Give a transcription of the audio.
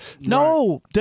no